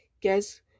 guess